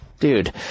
Dude